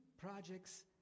projects